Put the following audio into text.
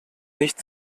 nicht